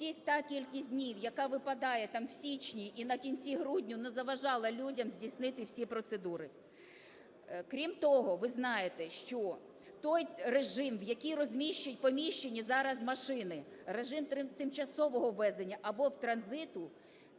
та кількість днів, яка випадає там в січні і на кінці грудня, не заважала людям здійснити всі процедури. Крім того, ви знаєте, що той режим, в який поміщені зараз машини, режим тимчасового ввезення або транзиту,